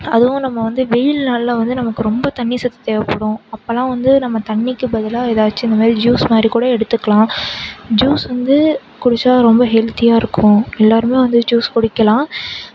அதுவும் நம்ம வந்து வெயில் நாளில் வந்து நமக்கு ரொம்ப தண்ணிர் சத்து தேவைப்படும் அப்போலா வந்து நம்ம தண்ணிருக்கு பதிலாக ஏதாச்சும் இந்த மாதிரி ஜூஸ் மாதிரி கூட எடுத்துக்கலாம் ஜூஸ் வந்து குடித்தா ரொம்ப ஹெல்த்தியாக இருக்கும் எல்லோருமே வந்து ஜூஸ் குடிக்கலாம்